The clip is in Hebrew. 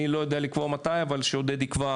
אני לא יודע לקבוע מתי אבל שעודד יקבע,